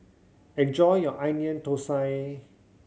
enjoy your Onion Thosai